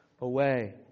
away